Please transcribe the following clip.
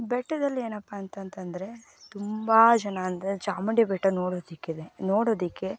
ಬೆಟ್ಟದಲ್ಲಿ ಏನಪ್ಪಾ ಅಂತಂತಂದರೆ ತುಂಬ ಜನ ಅಂದರೆ ಚಾಮುಂಡಿ ಬೆಟ್ಟ ನೋಡೋದಕ್ಕೇನೆ ನೋಡೋದಕ್ಕೆ